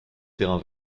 terrains